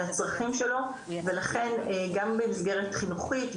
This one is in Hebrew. על הצרכים שלו ולכן גם במסגרת חינוכית ,